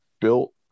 built